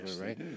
right